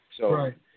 Right